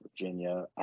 Virginia